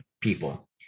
people